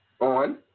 On